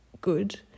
good